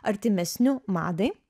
artimesniu madai